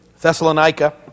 Thessalonica